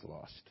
lost